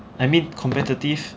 I mean competitive